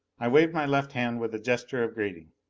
i waved my left hand with a gesture of greeting.